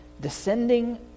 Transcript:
descending